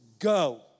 Go